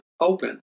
open